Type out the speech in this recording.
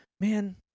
man